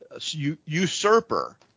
usurper